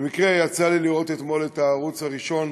במקרה יצא לי לראות אתמול את הערוץ הראשון